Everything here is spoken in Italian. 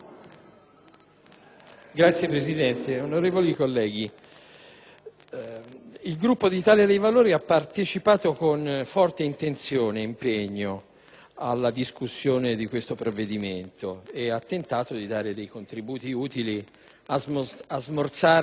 Signor Presidente, onorevoli colleghi, il Gruppo Italia dei Valori ha partecipato con forte intenzione e impegno alla discussione del provvedimento in esame ed ha tentato di dare contributi utili a smorzare